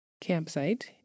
campsite